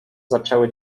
zaczęły